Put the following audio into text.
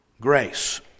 grace